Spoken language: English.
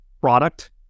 product